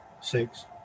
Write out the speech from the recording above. Six